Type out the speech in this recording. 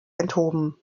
enthoben